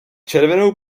červenou